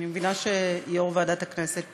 אני מבינה שיו"ר ועדת הכנסת